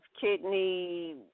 kidney